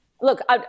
Look